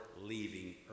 leaving